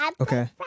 Okay